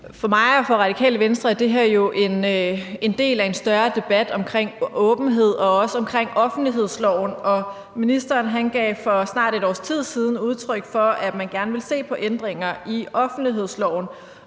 For mig og for Radikale Venstre er det her jo en del af en større debat omkring åbenhed og også omkring offentlighedsloven, og ministeren gav for snart et års tid siden udtryk for, at man gerne ville se på ændringer i offentlighedsloven.